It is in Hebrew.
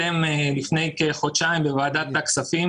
לפני כחודשיים בוועדת הכספים